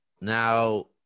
now